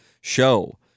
show